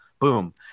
Boom